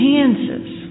Kansas